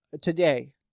today